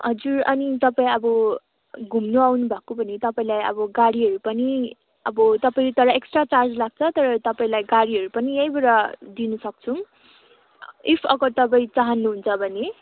हजुर अनि तपाईँ अब घुम्नु आउनुभएको भने तपाईँलाई अब गाडीहरू पनि अब तपाईँले तर एक्स्ट्रा चार्ज लाग्छ तर तपाईँलाई गाडीहरू पनि यहीँबाट दिनसक्छौँ इफ अगर तपाईँ चाहनुहुन्छ भने